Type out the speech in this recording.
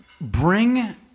Bring